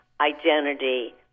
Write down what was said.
identity